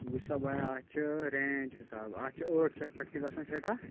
وُچھ سا بھایا اَتھ چھُ رینٛج حِساب اَتھ چھُ ٲٹھ شٮ۪تھ پٮ۪ٹھ تہِ گژھان سِٹارٹ